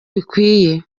bikwiye